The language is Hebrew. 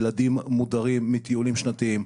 ילדים מודרים מטיולים שנתיים.